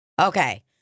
Okay